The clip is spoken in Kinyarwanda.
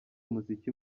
umuziki